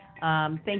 Thank